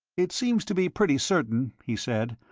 it seems to be pretty certain, he said,